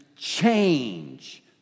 change